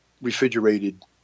refrigerated